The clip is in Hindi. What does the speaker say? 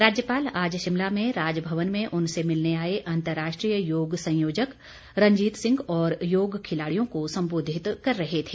राज्यपाल आज शिमला में राजभवन में उनसे मिलने आए अंर्तराष्ट्रीय योग संयोजक रंजीत सिंह और योग खिलाड़ियों को संबोधित कर रहे थे